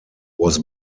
was